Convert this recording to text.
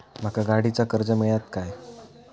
माका गाडीचा कर्ज मिळात काय?